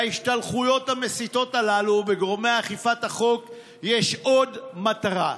להשתלחויות המסיתות הללו בגורמי אכיפת החוק יש עוד מטרה: